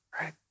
right